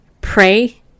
pray